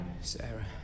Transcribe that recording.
Sarah